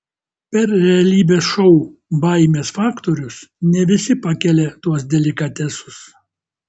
per realybės šou baimės faktorius ne visi pakelia tuos delikatesus